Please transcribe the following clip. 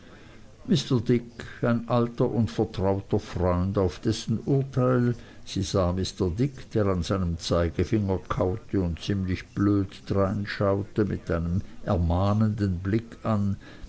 alter und vertrauter freund auf dessen urteil sie sah mr dick der an seinem zeigefinger kaute und ziemlich blöde dreinschaute mit einem ermahnenden blick an